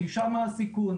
כי שמה הסיכון